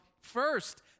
first